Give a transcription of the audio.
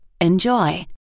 Enjoy